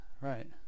right